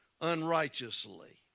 unrighteously